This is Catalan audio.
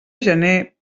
gener